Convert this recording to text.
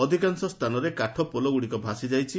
ଅଧିକାଂଶ ସ୍ଥାନରେ କାଠପୋଲଗୁଡ଼ିକ ଭାସିଯାଇଛି